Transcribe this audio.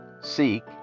seek